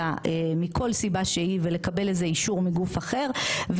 מכל סיבה שהיא ולקבל איזה אישור מגוף אחר,